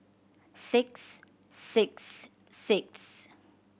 six six six